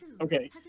Okay